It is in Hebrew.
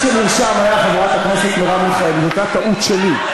מה שאמרת למיקרופון, אתה לא יודע,